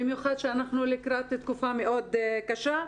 במיוחד שאנחנו לקראת תקופה מאוד קשה,